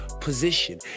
position